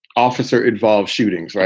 officer involved shootings, right?